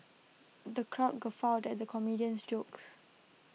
the crowd guffawed at the comedian's jokes